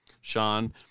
Sean